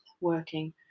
working